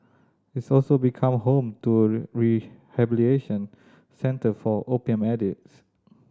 its also become home to a rehabilitation centre for opium addicts